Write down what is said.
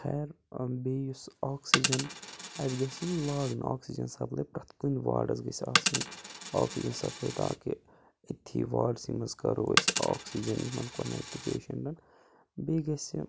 خیر ٲں بیٚیہِ یُس آکسیٖجَن اَتہِ گَژھہِ یِںۍ لاگنہٕ آکسیٖجَن سَپلاے پرٛیٚتھ کُنہِ وارڈس گَژھہِ آسٕنۍ آکسیٖجَن سَپلاے تاکہِ أتتھٕے واڈسٕے منٛز کَرو أسۍ آکسیٖجَن یِمَن کۄنیٚکٹہٕ پیشَنٹَن بیٚیہِ گَژھہِ